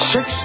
Six